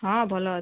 ହଁ ଭଲ ଅଛି